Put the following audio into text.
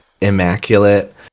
immaculate